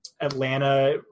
Atlanta